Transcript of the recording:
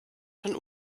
von